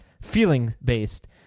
feeling-based